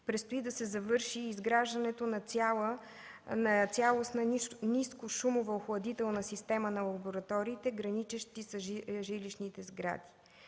предстои да се завърши изграждането на цялостна нискошумова охладителна система на лабораториите, граничещи с жилищните сгради.